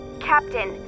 Captain